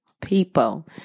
people